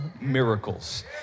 miracles